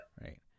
Right